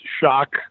shock